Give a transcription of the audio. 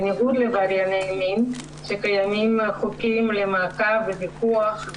בניגוד לעברייני מין שקיים עליהם מעקב ופיקוח,